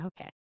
Okay